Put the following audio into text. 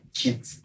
kids